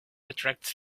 attracts